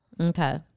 Okay